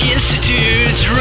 Institute's